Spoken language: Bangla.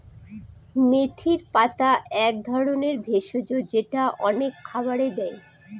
মেথির পাতা এক ধরনের ভেষজ যেটা অনেক খাবারে দেয়